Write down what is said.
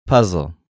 Puzzle